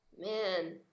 Man